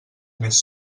més